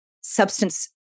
substance